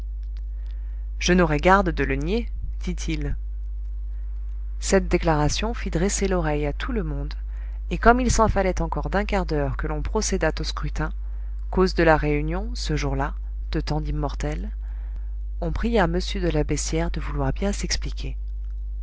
je n'aurai garde de le nier dit-il cette déclaration fit dresser l'oreille à tout le monde et comme il s'en fallait encore d'un quart d'heure que l'on procédât au scrutin cause de la réunion ce jour-là de tant d'immortels on pria m de la beyssière de vouloir bien s'expliquer